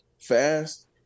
fast